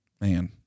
Man